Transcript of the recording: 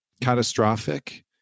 catastrophic